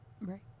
Right